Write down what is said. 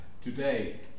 Today